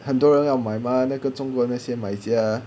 很多人要买 mah 那个中国那些买家